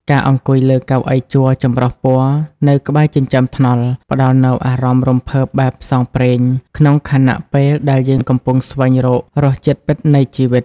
ការអង្គុយលើកៅអីជ័រចម្រុះពណ៌នៅក្បែរចិញ្ចើមថ្នល់ ផ្តល់នូវអារម្មណ៍រំភើបបែបផ្សងព្រេង ក្នុងខណៈពេលដែលយើងកំពុងស្វែងរករសជាតិពិតនៃជីវិត។